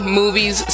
movies